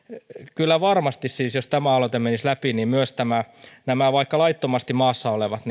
kyllä varmasti siis jos tämä aloite menisi läpi myös nämä vaikka laittomasti maassa olevat